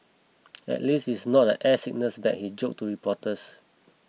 at least it's not an air sickness bag he joked to reporters